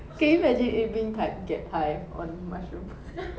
can you imagine it been typed get high on mushroom